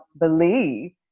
believe